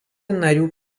narių